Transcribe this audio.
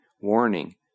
Warning